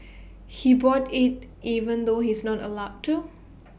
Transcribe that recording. he bought IT even though he's not allowed to